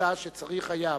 היתה שצריך היה,